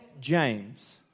James